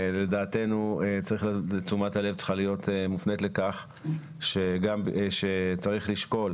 ולדעתנו תשומת הלב צריכה להיות מופנית לכך שצריך לשקול